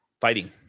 Fighting